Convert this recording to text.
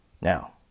Now